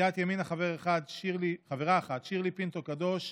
סיעת ימינה, חברה אחת, שירלי פינטו קדוש,